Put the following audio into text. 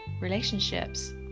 relationships